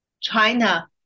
China